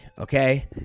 okay